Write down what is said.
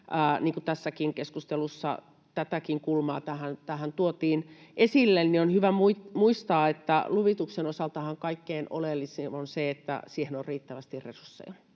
Kun tässäkin keskustelussa tätäkin kulmaa tähän tuotiin esille, niin on hyvä muistaa, että luvituksen osaltahan kaikkein oleellisin on se, että siihen on riittävästi resursseja: